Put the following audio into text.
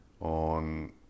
on